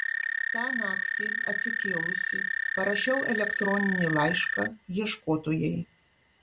tą naktį atsikėlusi parašiau elektroninį laišką ieškotojai